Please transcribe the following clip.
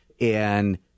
and-